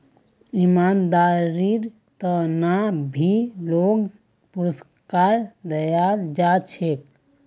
ईमानदारीर त न भी लोगक पुरुस्कार दयाल जा छेक